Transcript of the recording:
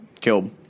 killed